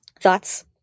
thoughts